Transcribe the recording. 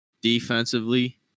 defensively